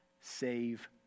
Save